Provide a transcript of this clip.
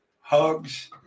hugs